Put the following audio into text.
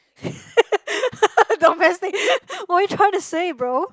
don't mess me what're you trying to say bro